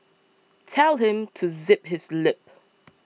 tell him to zip his lip